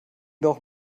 doch